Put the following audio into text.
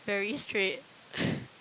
very straight